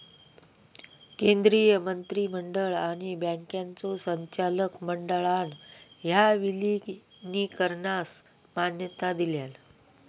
केंद्रीय मंत्रिमंडळ आणि बँकांच्यो संचालक मंडळान ह्या विलीनीकरणास मान्यता दिलान